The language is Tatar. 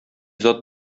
зат